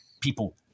people